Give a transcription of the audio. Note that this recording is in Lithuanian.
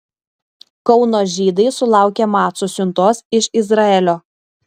kauno žydai sulaukė macų siuntos iš izraelio